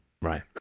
Right